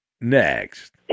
Next